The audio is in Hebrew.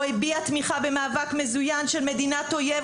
או הביע תמיכה במאבק מזוין של מדינת אויב,